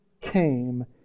came